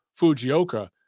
Fujioka